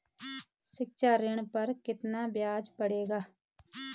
शिक्षा ऋण पर कितना ब्याज पड़ेगा?